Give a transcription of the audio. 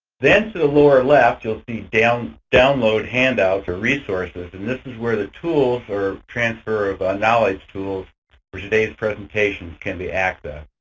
then to the lower left you'll see download download handouts or resources, and this is where the tools or transfer of knowledge tools for today's presentations can be accessed.